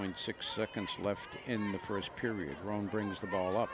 point six seconds left in the first period wrong brings the ball up